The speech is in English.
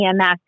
EMS